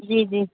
जी जी